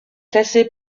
classées